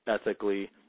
ethically